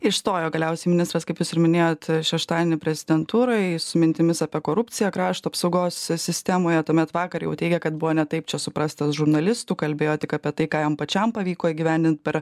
išstojo galiausiai ministras kaip jūs ir minėjot šeštadienį prezidentūroj su mintimis apie korupciją krašto apsaugos si sistemoje tuomet vakar jau teigė kad buvo ne taip čia suprastas žurnalistų kalbėjo tik apie tai ką jam pačiam pavyko įgyvendint per